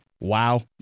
Wow